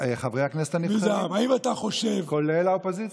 חברי הכנסת הנבחרים, כולל האופוזיציה.